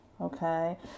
okay